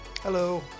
Hello